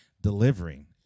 delivering